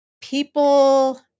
people